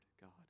God